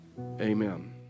Amen